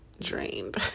drained